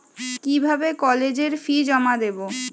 কিভাবে কলেজের ফি জমা দেবো?